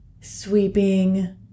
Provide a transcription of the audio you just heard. sweeping